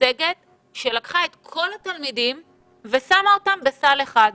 מצגת שלקחה את כל התלמידים ושמה אותם בסל אחד.